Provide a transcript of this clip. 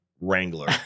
wrangler